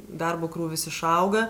darbo krūvis išauga